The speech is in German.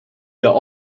der